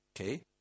Okay